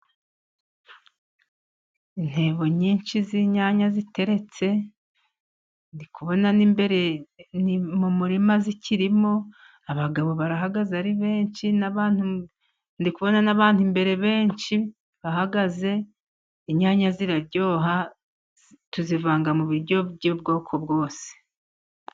Intebo nyinshi z'inyanya ziteretse. Ndikubona mu murima zikirimo, abagabo barahagaze ari benshi, ndi kubona n'abandi imbere benshi bahagaze. Inyanya ziraryoha tuzivanga mu biryo by'ubwoko bwose.